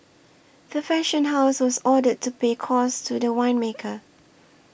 the fashion house was ordered to pay costs to the winemaker